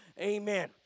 Amen